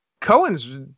cohen's